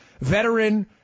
Veteran